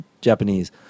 Japanese